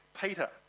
Peter